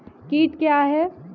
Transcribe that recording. कीट क्या है?